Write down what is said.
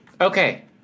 Okay